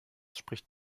spricht